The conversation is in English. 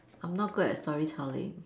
I'm not good at story-telling